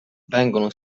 vengono